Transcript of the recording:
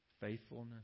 faithfulness